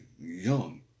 young